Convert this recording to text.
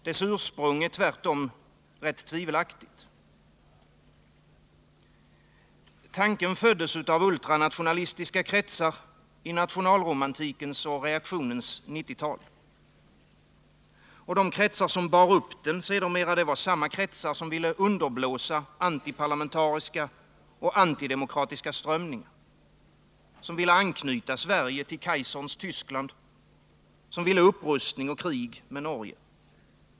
Dess ursprung är tvärtom rätt tvivelaktigt. Tanken föddes av ultranationalistiska kretsar i nationalromantikens och reaktionens 1890-tal. De kretsar som bar upp den sedermera var samma kretsar som ville underblåsa antiparlamentariska och antidemokratiska strömningar, som ville anknyta Sverige till Kaiserns Tyskland, som ville upprustning och krig med Norge.